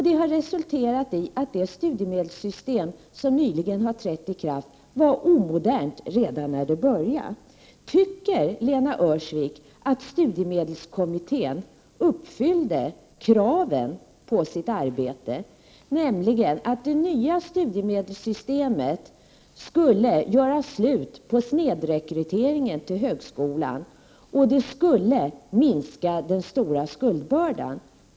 Det har resulterat i att det studiemedelssystem som nyligen har trätt i kraft var omodernt redan från början. Tycker Lena Öhrsvik att studiemedelskommittén uppfyllde kravet på sitt arbete, nämligen att det nya studiemedelssystemet skulle göra slut på snedrekryteringen till högskolan och minska den stora skuldbördan?